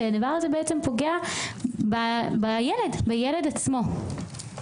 שהדבר הזה פוגע בילד עצמו?